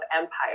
empire